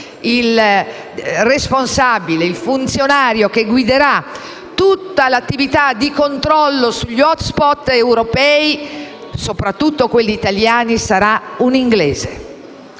altro importante. Il funzionario che guiderà tutta l'attività di controllo sugli *hotspot* europei, soprattutto quelli italiani, sarà un inglese